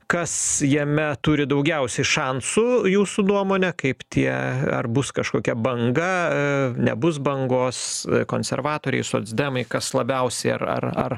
kas jame turi daugiausiai šansų jūsų nuomone kaip tie ar bus kažkokia banga nebus bangos konservatoriai socdemai kas labiausiai ar ar ar